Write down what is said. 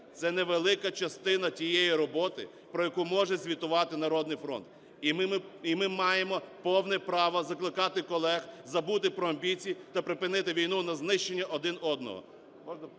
Це невелика частина тієї роботи, про яку може звітувати "Народний фронт". І ми маємо повне право закликати колег забути про амбіції та припинити війну на знищення один одного…